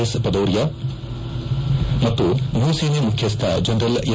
S Bhadauria ಮತ್ತು ಭೂಸೇನೆ ಮುಖ್ಯಸ್ಥ ಜನರಲ್ ಎಂ